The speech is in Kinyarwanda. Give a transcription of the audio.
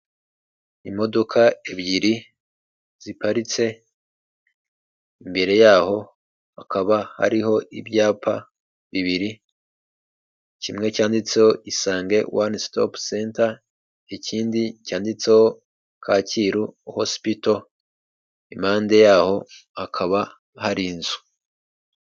Imodoka ebyiri ziparitse imbere yaho hakaba hariho ibyapa bibiri, kimwe cyanditseho isange one stop center ikindi cyanditseho Kacyiru hosipito, impande yaho hakaba hari inzu.